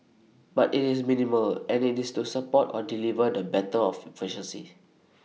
but IT is minimal and IT is to support or deliver the better of efficiency